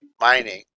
mining